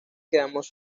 quedamos